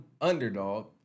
underdog